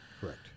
Correct